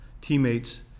teammates